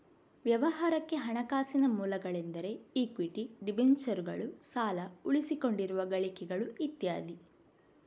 ವ್ಯವಹಾರಕ್ಕೆ ಹಣಕಾಸಿನ ಮೂಲಗಳೆಂದರೆ ಇಕ್ವಿಟಿ, ಡಿಬೆಂಚರುಗಳು, ಸಾಲ, ಉಳಿಸಿಕೊಂಡಿರುವ ಗಳಿಕೆಗಳು ಇತ್ಯಾದಿ